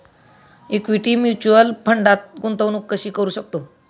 Equity mutual फंडात गुंतवणूक कशी करू शकतो?